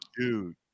Dude